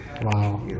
Wow